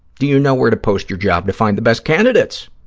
do you know where to post your job to find the best candidates?